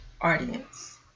audience